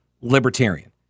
libertarian